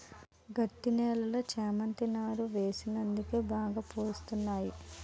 గట్టి నేలలో చేమంతి నారు వేసినందుకే బాగా పూస్తున్నాయి